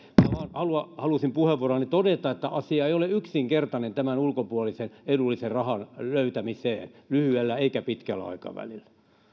minä vain halusin puheenvuorollani todeta että asia ei ole yksinkertainen tämän ulkopuolisen edullisen rahan löytämisen osalta lyhyellä eikä pitkällä aikavälillä